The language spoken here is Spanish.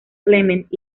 clement